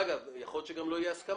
יכול להיות גם מצב שבו אין הסכמה,